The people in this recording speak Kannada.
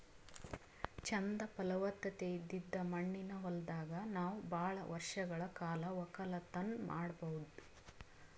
ಚಂದ್ ಫಲವತ್ತತೆ ಇದ್ದಿದ್ ಮಣ್ಣಿನ ಹೊಲದಾಗ್ ನಾವ್ ಭಾಳ್ ವರ್ಷಗಳ್ ಕಾಲ ವಕ್ಕಲತನ್ ಮಾಡಬಹುದ್